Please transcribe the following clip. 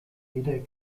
eder